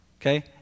okay